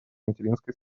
материнской